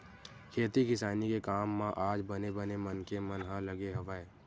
खेती किसानी के काम म आज बने बने मनखे मन ह लगे हवय